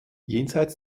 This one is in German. jenseits